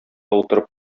утырып